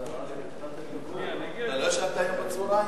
לא ישנת היום בצהריים?